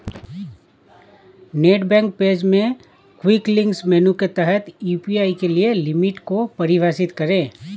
net bank page में quick links menu के तहत यू.पी.आई के लिए लिमिट को परिभाषित करें